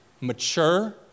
mature